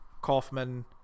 kaufman